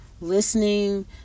listening